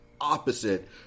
opposite